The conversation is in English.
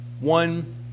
one